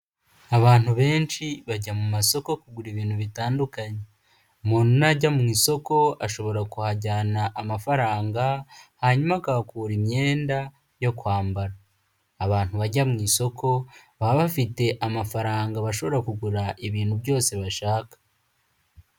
Abantu benshi bajya mu masoko kugura ibintu bitandukanye. Umuntu najya mu isoko ashobora kuhajyana amafaranga, hanyuma akahakura imyenda yo kwambara. Abantu bajya mu isoko baba bafite amafaranga bashobora kugura ibintu byose bashaka.